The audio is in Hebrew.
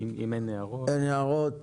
אם אין הערות.